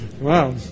Wow